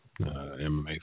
MMA